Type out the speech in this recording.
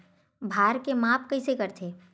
भार के माप कइसे करथे?